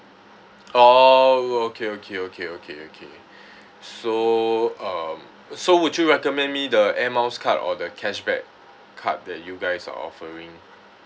orh okay okay okay okay okay so um so would you recommend me the air miles card or the cashback card that you guys are offering